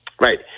right